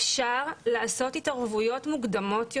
אפשר לעשות התערבויות מוקדמות יותר.